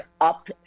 up